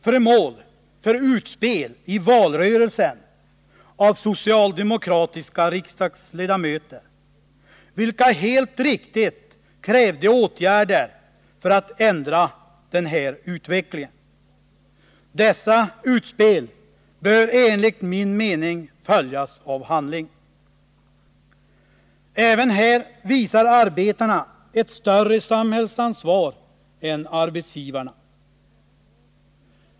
föremål för utspel i valrörelsen av socialdemokratiska riksdagsledamöter, vilka helt riktigt krävde åtgärder för att ändra den här utvecklingen. Dessa utspel bör enligt min mening följas av handling. Även här visar arbetarna ett större samhällsansvar än arbetsgivarna.